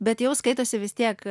bet jau skaitosi vis tiek